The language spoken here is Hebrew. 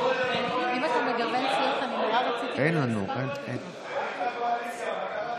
תראה מה הולך לנו, כולם מחכים לשאול.